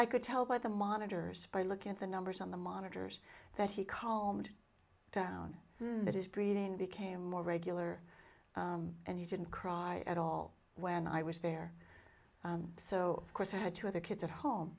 i could tell by the monitors by looking at the numbers on the monitors that he calmed down and that his breathing became more regular and he didn't cry at all when i was there so of course i had two other kids at home